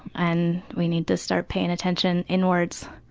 and we need to start paying attention in words.